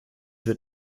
wird